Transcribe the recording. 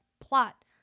plot